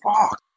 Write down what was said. Fuck